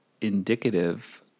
indicative